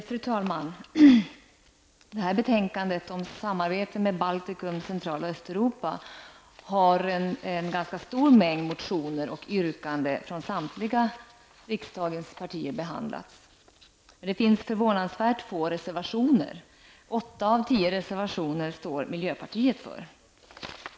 Fru talman! I betänkandet om samarbete med Baltikum och Central och Östeuropa behandlas en ganska stor mängd av motioner och yrkanden från samtliga riksdagspartier, men det är förvånansvärt få reservationer. För åtta av de tio reservationerna står miljöpartiet.